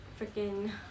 freaking